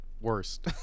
worst